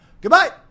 Goodbye